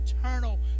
eternal